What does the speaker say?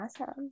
awesome